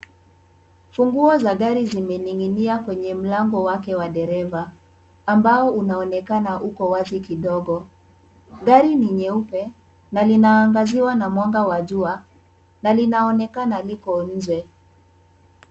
Funguo za gari zimening'inia kwenye mlango wake wa dereva ambao unaonekana uko wazi kidogo. Gari ni nyeupe na linaangaziwa na mwanga wa jua na linaonekana liko nje.